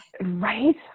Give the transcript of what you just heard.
Right